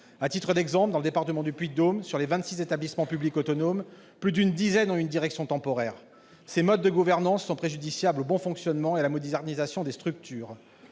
À titre d'exemple, dans le département du Puy-de-Dôme, sur les vingt-six établissements publics autonomes, plus d'une dizaine ont une direction temporaire. Ces modes de gouvernance sont préjudiciables au bon fonctionnement et à la modernisation des structures.